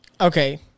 Okay